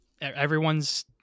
everyone's